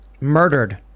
murdered